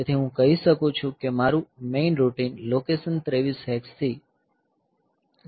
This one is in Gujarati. તેથી હું કહી શકું છું કે મારુ મેઈન રૂટીન લોકેશન 30 હેક્સથી શરૂ થશે